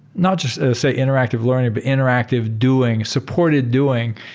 not just say interactive learning, but interactive doing, supported doing.